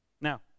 Now